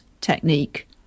technique